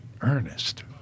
Ernest